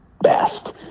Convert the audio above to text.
best